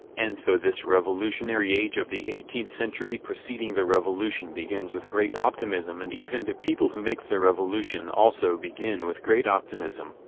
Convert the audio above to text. and so this revolutionary age of the eighteenth century preceding the revolution begins with great optimism and even the people who make the revolution also begin with great optimism,